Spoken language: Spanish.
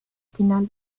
final